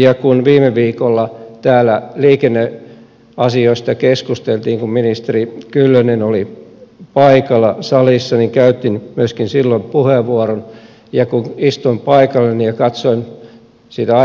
ja kun viime viikolla täällä liikenneasioista keskusteltiin kun ministeri kyllönen oli paikalla salissa niin käytin myöskin silloin puheenvuoron ja kun istuin paikalleni ja katsoin